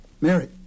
Mary